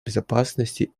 безопасности